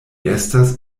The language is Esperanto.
estas